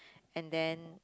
and then